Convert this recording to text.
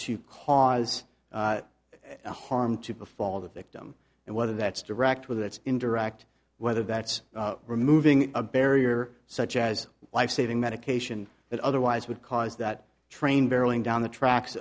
to cause harm to befall the victim and whether that's direct with its indirect whether that's removing a barrier such as life saving medication that otherwise would cause that train barreling down the tracks